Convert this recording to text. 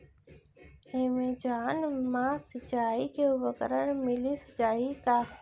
Amazon मा सिंचाई के उपकरण मिलिस जाही का?